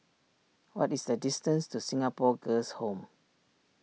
what is the distance to Singapore Girls' Home